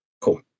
Cool